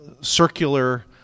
circular